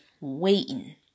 waiting